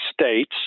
states